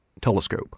telescope